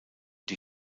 die